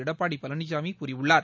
எடப்பாடி பழனிசாமி கூறியுள்ளார்